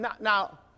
now